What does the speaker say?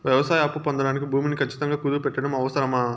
వ్యవసాయ అప్పు పొందడానికి భూమిని ఖచ్చితంగా కుదువు పెట్టడం అవసరమా?